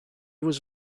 was